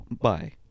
Bye